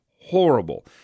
horrible